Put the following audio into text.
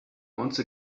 once